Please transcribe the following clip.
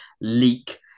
leak